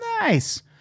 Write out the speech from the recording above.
Nice